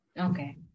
Okay